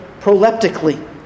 proleptically